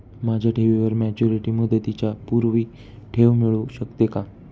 माझ्या ठेवीवर मॅच्युरिटी मुदतीच्या पूर्वी ठेव मिळू शकते का?